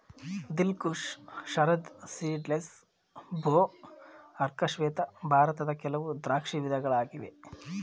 ದಿಲ್ Khush, Sharad seedless, ಭೋ, ಅರ್ಕ ಶ್ವೇತ ಭಾರತದ ಕೆಲವು ದ್ರಾಕ್ಷಿ ವಿಧಗಳಾಗಿ